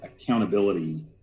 accountability